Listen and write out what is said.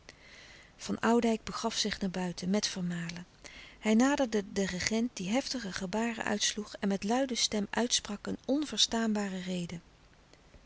van oudijck begaf zich naar buiten met vermalen hij naderde den regent die heftige gebaren uitsloeg en met luide stem uitsprak een onverstaanbare rede